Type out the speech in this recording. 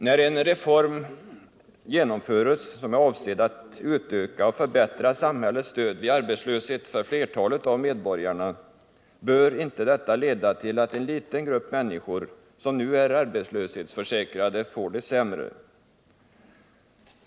När en reform genomförs, som är avsedd att för flertalet av medborgarna utöka och förbättra samhällets stöd vid arbetslöshet, bör inte detta leda till att en liten grupp människor, som nu är arbetslöshetsförsäkrade, får det sämre.